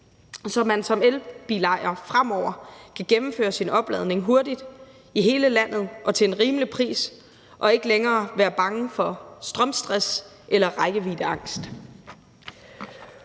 så man som elbilejer fremover kan gennemføre sin opladning hurtigt i hele landet og til en rimelig pris og ikke længere være bange for strømstress eller rækkeviddeangst.